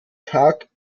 park